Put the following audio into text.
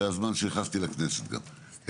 זה הזמן שנכנסתי לכנסת גם.